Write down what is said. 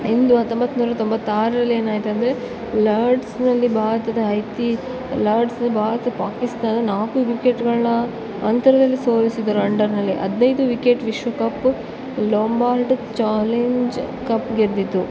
ಇಂದು ಹತ್ತೊಂಬತ್ನೂರ ತೊಂಬತ್ತಾರರಲ್ಲಿ ಏನಾಯಿತಂದರೆ ಲಾರ್ಡ್ಸ್ನಲ್ಲಿ ಭಾರತದ ಐತಿ ಲಾರ್ಡ್ಸ್ ಭಾರತ ಪಾಕಿಸ್ತಾನ ನಾಲ್ಕು ವಿಕೆಟ್ಗಳ ಅಂತರದಲ್ಲಿ ಸೋಲಿಸಿದರು ಅಂಡರ್ನಲ್ಲಿ ಹದಿನೈದು ವಿಕೆಟ್ ವಿಶ್ವ ಕಪ್ ಲಂಬಾರ್ಡ್ ಚಾಲೆಂಜ್ ಕಪ್ ಗೆದ್ದಿತು